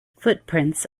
footprints